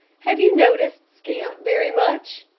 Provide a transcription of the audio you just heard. have you noticed scamp very much?